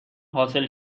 حاصل